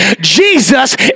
Jesus